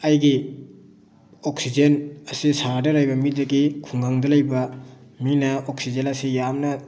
ꯑꯩꯒꯤ ꯑꯣꯛꯁꯤꯖꯦꯟ ꯑꯁꯤ ꯁꯍꯔꯗ ꯂꯩꯕ ꯃꯤꯗꯒꯤ ꯈꯨꯡꯒꯪꯗ ꯂꯩꯕ ꯃꯤꯅ ꯑꯣꯛꯁꯤꯖꯦꯟ ꯑꯁꯤ ꯌꯥꯝꯅ